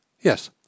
Yes